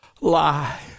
lie